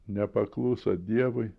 nepakluso dievui